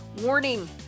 Warning